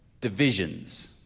divisions